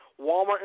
Walmart